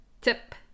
tip